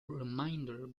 remainder